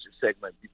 segment